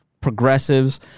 progressives